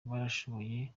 barashoboye